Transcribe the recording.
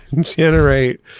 generate